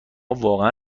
واقعا